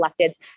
electeds